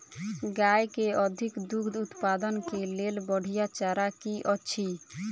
गाय केँ अधिक दुग्ध उत्पादन केँ लेल बढ़िया चारा की अछि?